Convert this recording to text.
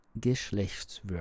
Geschlechtswörter